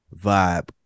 vibe